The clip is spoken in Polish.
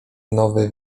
nowy